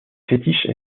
fétiche